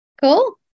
Cool